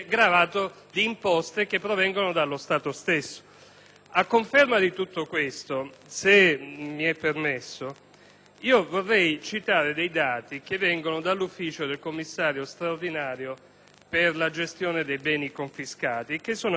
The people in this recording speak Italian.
A conferma di tutto questo, se mi è permesso, vorrei citare alcuni dati che provengono dall'ufficio del commissario straordinario per la gestione dei beni confiscati, aggiornati al 30 novembre 2008.